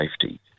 safety